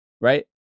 Right